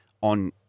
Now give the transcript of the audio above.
on